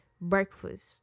Breakfast